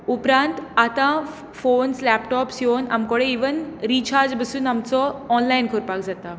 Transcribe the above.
उपरांत आतां phones laptops येवन आमचे कडेन इवन रिचार्ज बसून आमचो ऑनलायन करपाक जाता